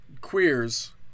queers